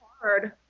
hard